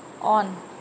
on